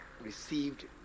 received